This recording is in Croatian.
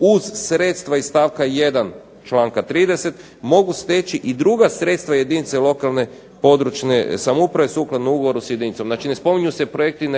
uz sredstva iz stavka 1. članka 30. mogu steći i druga sredstva jedinice lokalne područne samouprave sukladno ugovoru s jedinicom. Znači ne spominju se projekti,